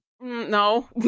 No